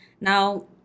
Now